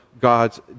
God's